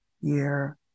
year